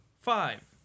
Five